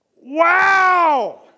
Wow